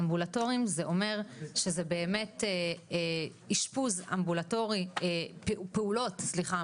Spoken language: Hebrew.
אמבולטוריים זה אומר שזה באמת אשפוז אמבולטוריים או פעולות סליחה,